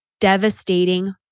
Devastating